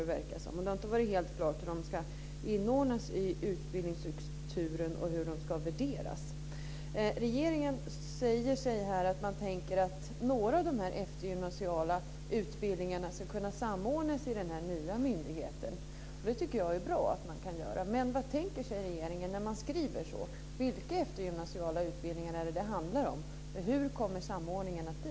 Det har inte varit helt klart hur de ska inordnas i utbildningsstrukturen och hur de ska värderas. Regeringen säger att några av de eftergymnasiala utbildningarna ska samordnas i den nya myndigheten. Det är bra. Men vad tänker sig regeringen? Vilka eftergymnasiala utbildningar handlar det om? Hur kommer samordningen att bli?